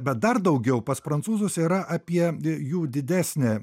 bet dar daugiau pas prancūzus yra apie jų didesnė